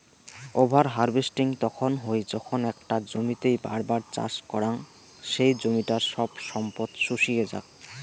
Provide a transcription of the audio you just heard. over harvesting তখন হই যখন একটা জমিতেই বার বার চাষ করাং সেই জমিটার সব সম্পদ শুষিয়ে যাক